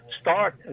start